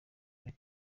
none